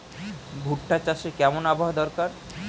ভুট্টা চাষে কেমন আবহাওয়া দরকার?